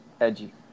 Edgy